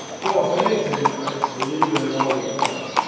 well, if anything, i believe in it all the more.